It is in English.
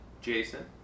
jason